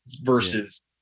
versus